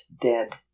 dead